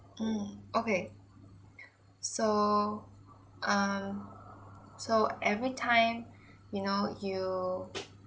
mm okay so um so every time you know you